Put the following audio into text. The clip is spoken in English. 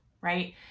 right